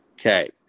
Okay